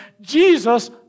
Jesus